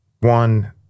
one